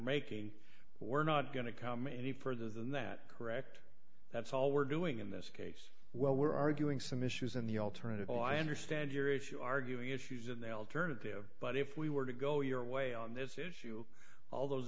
making we're not going to come any further than that correct that's all we're doing in this case well we're arguing some issues in the alternative i understand your issue arguing issues and they'll turn a day of but if we were to go your way on this issue all those